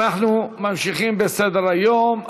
אנו ממשיכים בסדר-היום,